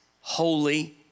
holy